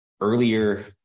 earlier